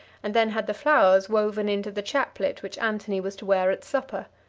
and then had the flowers woven into the chaplet which antony was to wear at supper.